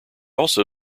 also